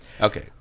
Okay